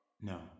No